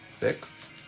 Six